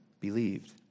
believed